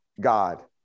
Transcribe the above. God